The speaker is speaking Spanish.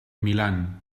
milán